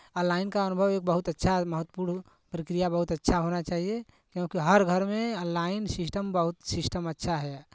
online का अनुभव एक बहुत अच्छा महत्वपूर्ण प्रक्रिया बहुत अच्छा होना चाहिए क्योंकि हर घर में ऑनलाइन सिस्टम बहुत सिस्टम अच्छा है